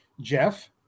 Jeff